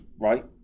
right